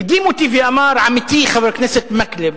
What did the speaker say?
הקדים אותי ואמר עמיתי חבר הכנסת מקלב,